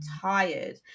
tired